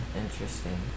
interesting